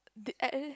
did I